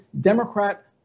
Democrat